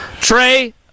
Trey